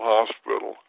Hospital